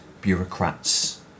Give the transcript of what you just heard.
bureaucrats